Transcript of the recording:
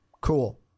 Cool